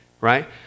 right